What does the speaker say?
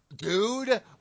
Dude